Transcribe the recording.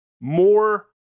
more